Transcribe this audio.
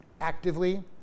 actively